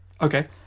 Okay